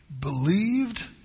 believed